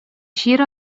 җир